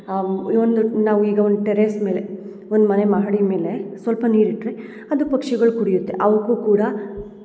ಆ ಒಂದು ನಾವು ಈಗ ಟೆರೇಸ್ ಮೇಲೆ ಒಂದು ಮನೆ ಮಹಡಿ ಮೇಲೆ ಸ್ವಲ್ಪ ನೀರು ಇಟ್ಟರೆ ಅದು ಪಕ್ಷಿಗಳು ಕುಡಿಯುತ್ತೆ ಅವುಕ್ಕು ಕೂಡ